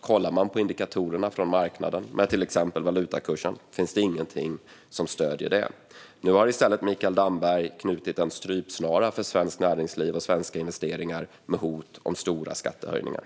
Kollar man på indikatorerna från marknaden, till exempel valutakursen, finns det dock ingenting som stöder detta. Nu har Mikael Damberg i stället knutit en strypsnara för svenskt näringsliv och svenska investeringar med hot om stora skattehöjningar.